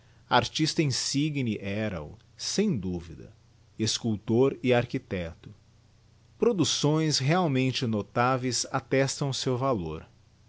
artista insigne era-o sem duvida e culptor e architecto producções realmente notáveis attestam o seu valor